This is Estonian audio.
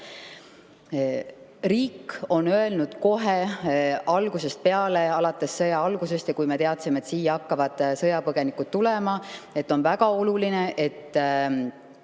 Riik on öelnud kohe algusest peale, alates sõja algusest, kui me teadsime, et siia hakkavad sõjapõgenikud tulema, et on väga oluline, et